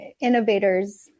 innovators